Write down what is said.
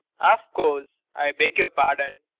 of course. i beg your pardon.